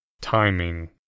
Timing